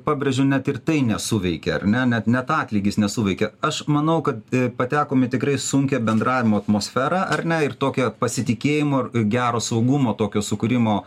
pabrėžiu net ir tai nesuveikė ar ne ne net atlygis nesuveikė aš manau kad patekom į tikrai sunkią bendravimo atmosferą ar ne ir tokio pasitikėjimo gero saugumo tokio sukūrimo